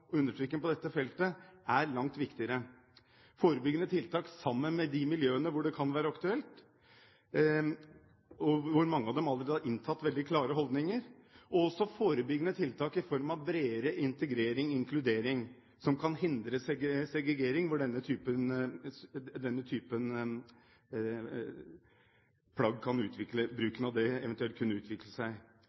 være aktuelt, og hvor mange av dem allerede har inntatt veldig klare holdninger, og også forebyggende tiltak i form av bredere integrering, inkludering, som kan hindre segregering der hvor bruken av denne typen plagg eventuelt kan utvikle seg. Integrering i den forstand vi da snakker om, er f.eks. at av alle barn i østlige bydeler i Oslo, i de kulturene hvor denne typen plagg kunne